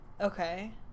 Okay